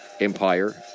Empire